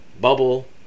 bubble